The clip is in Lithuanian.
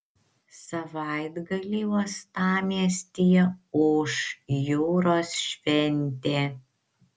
savaitgalį uostamiestyje ūš jūros šventė